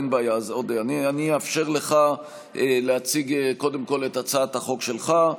אני אאפשר לך להציג קודם כול את הצעת החוק שלך.